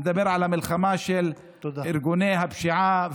אני מדבר על המלחמה של ארגוני הפשיעה,